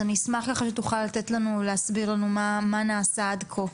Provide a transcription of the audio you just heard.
אז אני אשמח ככה שתוכל לתת לנו או להסביר לנו מה נעשה עד כה.